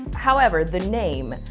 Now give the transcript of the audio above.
however, the name,